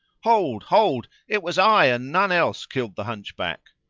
hold! hold! it was i and none else killed the hunchback!